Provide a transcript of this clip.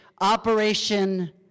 Operation